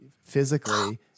physically